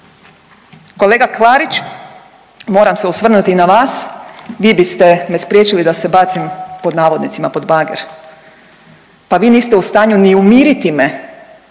Kolega Klarić, moram se osvrnuti i na vas, vi biste me spriječili da se „bacim“ pod bager, pa vi niste u stanju ni umiriti me